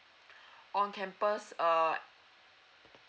on campus uh